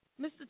Mr